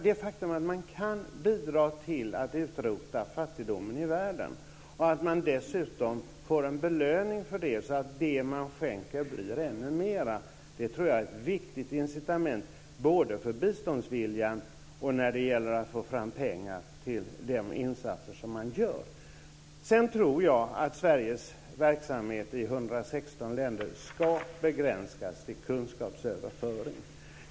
Det faktum att man kan bidra till att utrota fattigdomen i världen och att man dessutom får en belöning för det, så att det man skänker blir ännu mer, tror jag är ett viktigt incitament både för biståndsviljan och när det gäller att få fram pengar till de insatser som görs. Sveriges verksamhet i 116 länder ska nog begränsas till kunskapsöverföring.